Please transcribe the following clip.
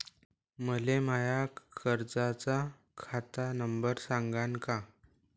मले माया कर्जाचा खात नंबर सांगान का?